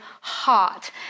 heart